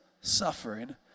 suffering